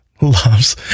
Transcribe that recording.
loves